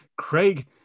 Craig